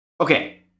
okay